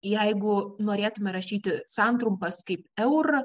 jeigu norėtume rašyti santrumpas kaip eur